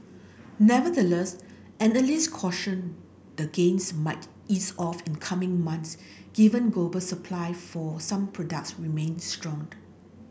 nevertheless analysts cautioned the gains might ease off in coming months given global supply for some products remained strong